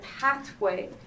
pathway